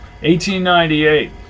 1898